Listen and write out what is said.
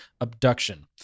abduction